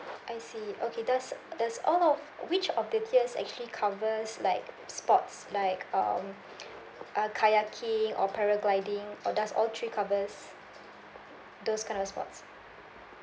I see okay does does all of which of the tiers actually covers like sports like um uh kayaking or paragliding or does all three covers those kind of sports